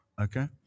okay